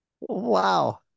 Wow